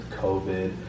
COVID